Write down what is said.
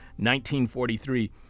1943